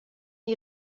die